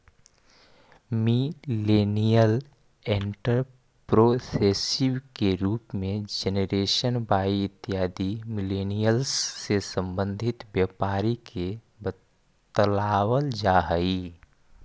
millennial entrepreneurship के रूप में जेनरेशन वाई इत्यादि मिलेनियल्स् से संबंध व्यापारी के बतलावल जा हई